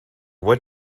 what